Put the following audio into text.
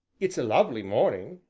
it's a lovely morning!